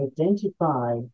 identify